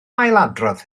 ailadrodd